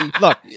Look